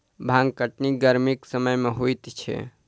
भांग कटनी गरमीक समय मे होइत छै